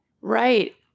right